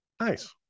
Nice